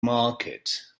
market